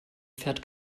fährt